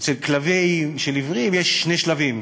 אצל כלבים של עיוורים יש שני שלבים: